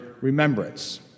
remembrance